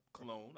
Cologne